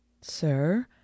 Sir